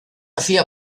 hacía